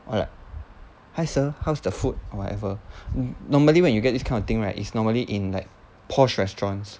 or like hi sir how's the food or whatever normally when you get this kind of thing right is normally in like posh restaurants